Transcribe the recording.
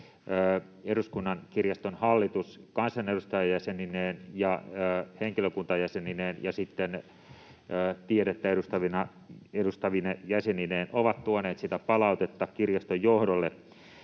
Eduskunnan kirjaston hallitus kansanedustajajäsenineen ja henkilökuntajäsenineen ja tiedettä edustavine jäsenineen on tuonut kirjaston johdolle